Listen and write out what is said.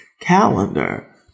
calendar